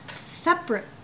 separate